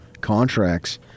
contracts